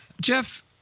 Jeff